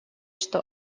что